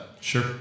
Sure